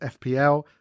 FPL